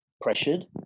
pressured